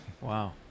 Wow